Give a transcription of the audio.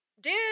dude